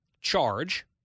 charge